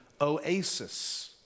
oasis